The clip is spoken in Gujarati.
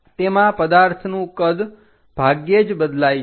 તેમાં પદાર્થનું કદ ભાગ્યે જ બદલાય છે